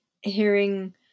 hearing